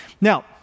Now